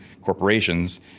corporations